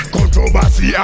Controversy